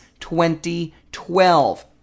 2012